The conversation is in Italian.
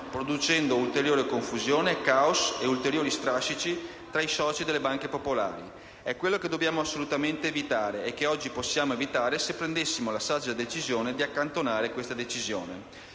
producendo ulteriore confusione, *caos* e ulteriori strascichi tra i soci delle banche popolari. È quello che dobbiamo assolutamente evitare e che oggi potremmo evitare, se prendessimo la saggia decisione di accantonare la conversione